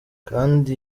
kandi